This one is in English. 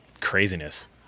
craziness